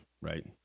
Right